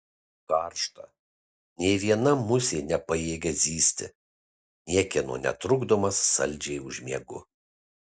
karšta nė viena musė nepajėgia zyzti niekieno netrukdomas saldžiai užmiegu